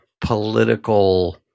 political